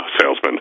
salesman